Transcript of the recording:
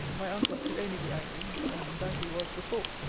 my uncle could only be angry and that he was before.